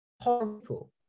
horrible